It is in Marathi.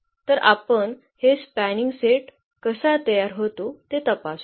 तर आपण हे स्पॅनिंग सेट कसा तयार होतो ते तपासू